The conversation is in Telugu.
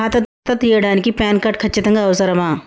ఖాతా తీయడానికి ప్యాన్ కార్డు ఖచ్చితంగా అవసరమా?